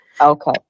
Okay